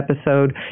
episode